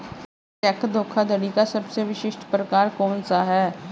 Check धोखाधड़ी का सबसे विशिष्ट प्रकार कौन सा है?